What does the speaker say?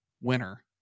winner